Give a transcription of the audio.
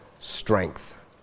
strength